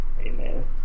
Amen